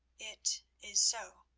it is so,